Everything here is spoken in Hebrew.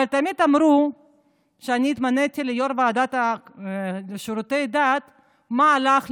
תמיד אמרו כשאני התמניתי ליו"ר הוועדה לשירותי דת: מה לך,